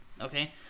Okay